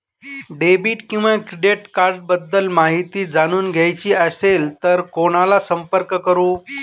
Debit किंवा credit cards बद्दल माहिती जाणून घ्यायची असेल तर कोणाला संपर्क करु?